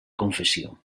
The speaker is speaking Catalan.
confessió